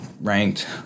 ranked